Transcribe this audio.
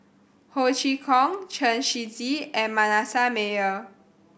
Ho Chee Kong Chen Shiji and Manasseh Meyer